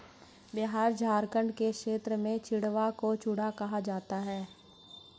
बिहार झारखंड के क्षेत्र में चिड़वा को चूड़ा कहा जाता है